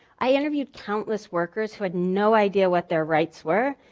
i interviewed countless workers who had no idea what their rights were.